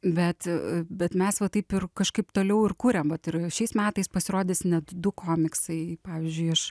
bet bet mes va taip ir kažkaip toliau ir kuriam vat ir šiais metais pasirodys net du komiksai pavyzdžiui aš